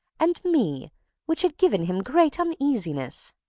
and me which had given him great uneasiness.